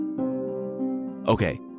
Okay